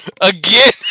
Again